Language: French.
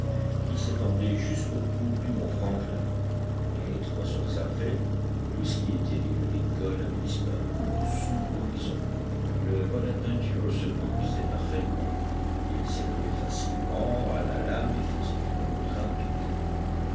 qui s'étendait jusqu'aux croupes du mont franklin et trois heures après tout ce qui était l'île lincoln avait disparu au-dessous de l'horizon le bonadventure se conduisait parfaitement il s'élevait facilement à la lame et faisait une route rapide